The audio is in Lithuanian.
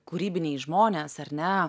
kūrybiniai žmonės ar ne